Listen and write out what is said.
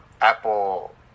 Apple